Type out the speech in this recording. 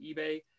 eBay